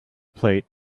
plate